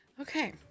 okay